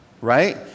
right